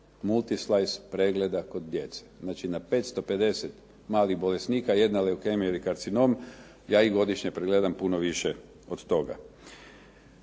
Multislajt pregleda kod djece, znači na 550 malih bolesnika jedna leukemija ili karcinom, ja ih godišnje pregledam puno više od toga.